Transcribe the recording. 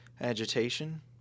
agitation